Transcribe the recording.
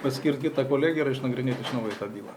paskirt kitą kolegiją ir išnagrinėt iš naujo tą bylą